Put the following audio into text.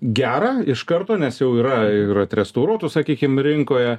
gerą iš karto nes jau yra ir atrestauruotų sakykim rinkoje